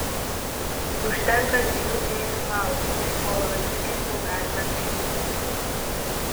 užtenka dviejų glėbių malkų ir po valandžiukės jau galime kaitintis